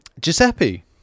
Giuseppe